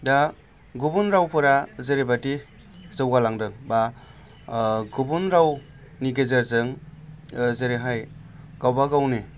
दा गुबुन रावफोरा जेरैबायदि जौगालांदों बा गुबुन रावनि गेजेरजों जेरैहाय गावबा गावनि